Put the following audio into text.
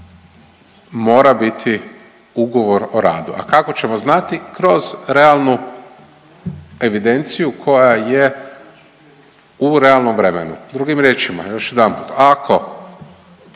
mora biti ugovor o radu. A kako ćemo znati? Kroz realnu evidenciju koja je u realnom vremenu. Drugim riječima, još jedanput, ako